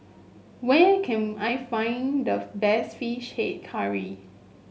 where can I find the best fish head curry